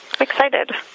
Excited